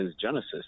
genesis